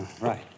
Right